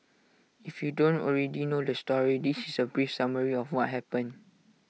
if you don't already know the story this is A brief summary of what happened